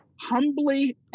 humbly